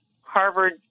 Harvard